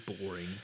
boring